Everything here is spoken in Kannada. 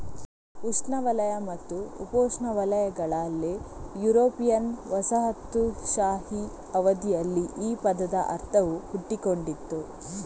ಉಷ್ಣವಲಯ ಮತ್ತು ಉಪೋಷ್ಣವಲಯಗಳಲ್ಲಿ ಯುರೋಪಿಯನ್ ವಸಾಹತುಶಾಹಿ ಅವಧಿಯಲ್ಲಿ ಈ ಪದದ ಅರ್ಥವು ಹುಟ್ಟಿಕೊಂಡಿತು